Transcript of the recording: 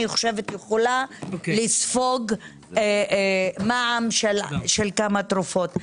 אני חושבת יכולה לספוג מע"מ של כמה תרופות.